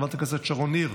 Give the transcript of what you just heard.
חברת הכנסת שרון ניר,